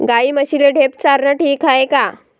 गाई म्हशीले ढेप चारनं ठीक हाये का?